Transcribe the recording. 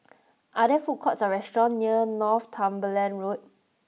are there food courts or restaurant near Northumberland Road